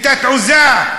את התעוזה,